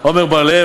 עמר בר-לב,